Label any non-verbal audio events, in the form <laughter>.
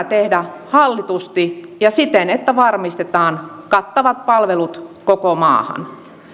<unintelligible> tehdä hallitusti ja siten että varmistetaan kattavat palvelut koko maahan